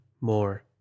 more